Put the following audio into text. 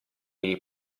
gli